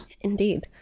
Indeed